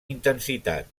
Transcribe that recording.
intensitat